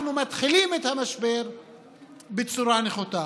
אנחנו מתחילים את המשבר בצורה נחותה,